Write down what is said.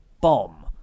bomb